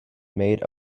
made